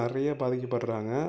நிறையா பாதிக்கப்படுறாங்க